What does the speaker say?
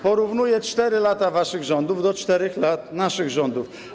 Porównuję 4 lata waszych rządów do 4 lat naszych rządów.